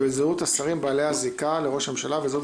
וזהות השרים בעלי הזיקה לראש הממשלה וזהות